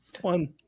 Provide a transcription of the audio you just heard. one